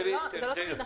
לא, זה לא תמיד נכון.